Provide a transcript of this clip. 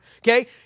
okay